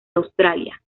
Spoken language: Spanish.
australia